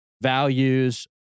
values